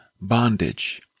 bondage